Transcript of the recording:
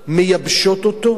מייבשות אותו,